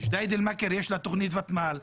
לג'דיידה מכר יש תוכנית ותמ"ל,